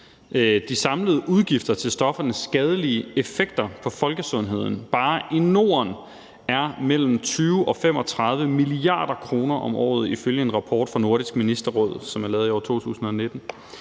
de samlede udgifter til stoffernes skadelige effekter på folkesundheden bare i Norden er mellem 20 og 35 mia. kr. om året ifølge en rapport fra Nordisk Ministerråd, som er lavet i 2019.